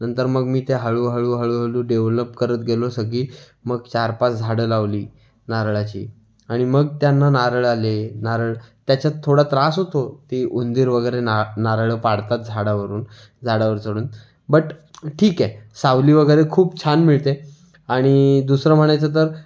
नंतर मग मी ते हळूहळू हळूहळू डेवलप करत गेलो सगळी मग चार पाच झाडं लावली नारळाची आणि मग त्यांना नारळ आले नारळ त्याच्यात थोडा त्रास होतो ते उंदीर वगैरे ना नारळ पाडतात झाडावरून झाडावर चढून बट ठीक आहे सावली वगैरे खूप छान मिळते आणि दुसरं म्हणायचं तर